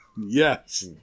Yes